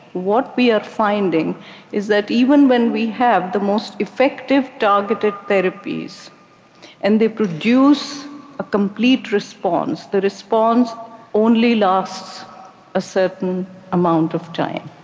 what we are finding is that even when we have the most effective targeted therapies and they produce a complete response, the response only lasts a certain amount of time.